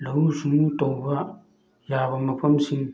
ꯂꯧꯎ ꯁꯤꯡꯎ ꯇꯧꯕ ꯌꯥꯕ ꯃꯐꯝꯁꯤꯡ